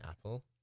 apple